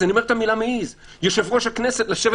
אני אומר: מעיז יושב-ראש הכנסת לשבת